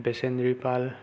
Bechendori Pal